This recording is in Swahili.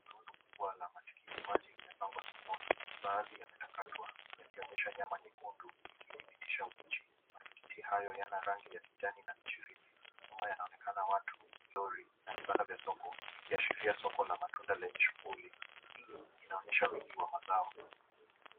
Rundo kubwa la matikiti maji limepangwa sokoni baadhi yamekatwakatwa yakionyesha nyama nyekundu inidhibitidha ubichi. Matikiti hayo yana rangi ya kijani na michirizi. Nyuma wanaonekana watu, Lori na vibanda vya soko ikiashiria soko la matunda lenye shughuli. Hii inaonyesha wingi wa mazao.